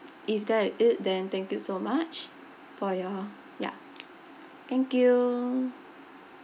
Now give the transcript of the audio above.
if that's it then thank you so much for your ya thank you